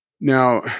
now